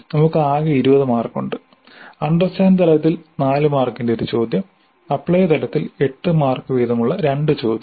നമുക്ക് ആകെ 20 മാർക്ക് ഉണ്ട് അണ്ടർസ്റ്റാൻഡ് തലത്തിൽ 4 മാർക്കിന്റെ ഒരു ചോദ്യം അപ്ലൈ തലത്തിൽ 8 മാർക്ക് വീതം ഉള്ള രണ്ടു ചോദ്യവും